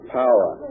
power